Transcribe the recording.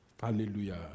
hallelujah